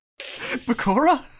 Bakura